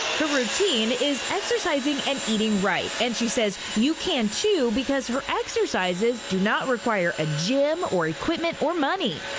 the routine is exercising and eating right and she says you can too because her exercises do not require a gym or equipment or money.